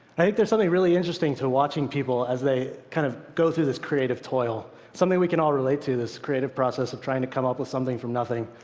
i think there's something really interesting to watching people as they kind of go through this creative toil something we can all relate to, this creative process of trying to come up with something from nothing.